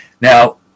Now